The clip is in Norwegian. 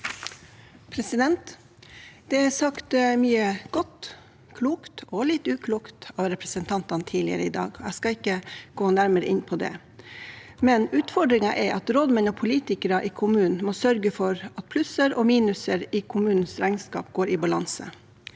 Det er sagt mye godt og klokt – og litt uklokt – av representantene tidligere i dag. Jeg skal ikke gå nærmere inn på det. Utfordringen er at rådmenn og politikere i kommunen må sørge for at plusser og minuser i kommunens regnskap går i balanse.